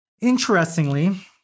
interestingly